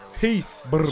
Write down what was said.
Peace